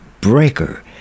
breaker